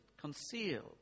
concealed